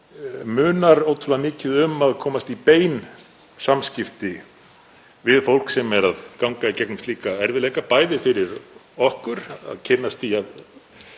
munar ótrúlega mikið um að komast í bein samskipti við fólk sem er að ganga í gegnum slíka erfiðleika, bæði fyrir okkur að kynnast því